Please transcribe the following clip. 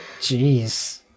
Jeez